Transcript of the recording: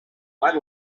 white